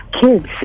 kids